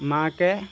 মাকে